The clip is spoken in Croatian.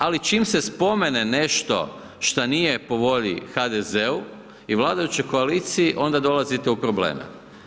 Ali čim se spomene nešto što nije po volji HDZ-u i vladajućoj koaliciji onda dolazite u probleme.